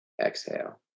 exhale